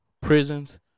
Prisons